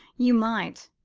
you might!